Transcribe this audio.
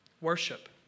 Worship